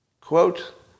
quote